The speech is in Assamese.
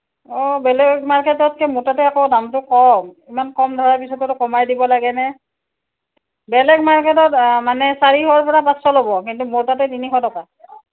অঁ বেলেগ মাৰ্কেটতকৈ মোৰ তাতে আকৌ দামটো কম ইমান কম ধৰাৰ পিছতোতো কমাই দিব লাগেনে বেলেগ মাৰ্কেটত মানে চাৰিশৰ পৰা পাঁচশ ল'ব কিন্তু মোৰ তাতে তিনিশ টকা